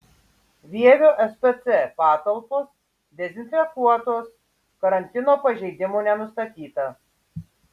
vievio spc patalpos dezinfekuotos karantino pažeidimų nenustatyta